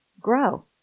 Grow